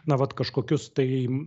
na vat kažkokius tai